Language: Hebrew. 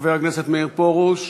חבר הכנסת מאיר פרוש,